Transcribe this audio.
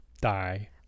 die